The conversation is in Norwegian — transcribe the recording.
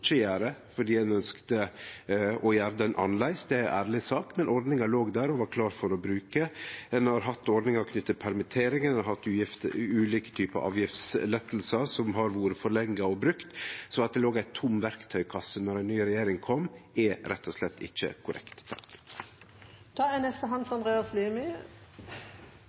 gjere, fordi ein ønskte å gjere ho annleis. Det er ei ærleg sak. Men ordninga låg der og var klar for å bli brukt. Ein har hatt ordninga knytt til permittering, ein har hatt ulike typar avgiftslettar, som har vore forlengde og brukte. Så at det låg ei tom verktøykasse då ei ny regjering kom, er rett og slett ikkje korrekt.